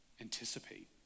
anticipate